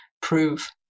prove